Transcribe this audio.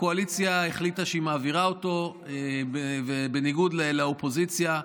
הקואליציה החליטה שהיא מעבירה אותו בניגוד לאופוזיציה,